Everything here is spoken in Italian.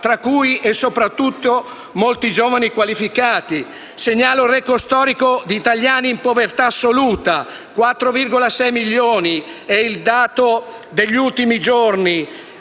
tra cui e soprattutto molti giovani qualificati. Segnalo il *record* storico di italiani in povertà assoluta: 4,6 milioni è il dato degli ultimi giorni